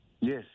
Yes